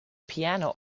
piano